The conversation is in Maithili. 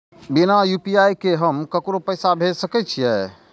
बिना यू.पी.आई के हम ककरो पैसा भेज सके छिए?